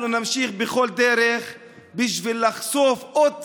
אנחנו נמשיך בכל דרך בשביל לחשוף עוד צד,